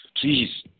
Please